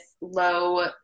low